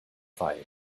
fire